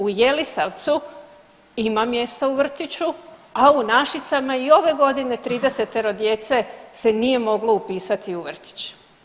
U Jelisavcu ima mjesta u vrtiću, a u Našicama i ove godine 30-ero djece se nije moglo upisati u vrtić.